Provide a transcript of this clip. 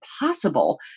possible